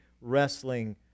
wrestling